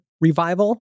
revival